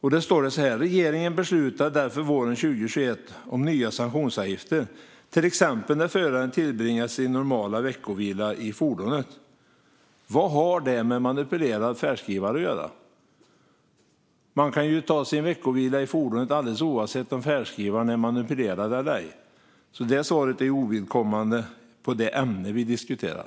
Statsrådet sa: Regeringen beslutade därför våren 2021 om nya sanktionsavgifter till exempel när föraren tillbringar sin normala veckovila i fordonet. Vad har det med manipulerade färdskrivare att göra? Man kan ju ta sin veckovila i fordonet alldeles oavsett om färdskrivaren är manipulerad eller ej. Det svaret är ovidkommande för det ämne som vi diskuterar.